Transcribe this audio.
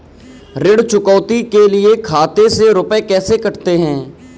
ऋण चुकौती के लिए खाते से रुपये कैसे कटते हैं?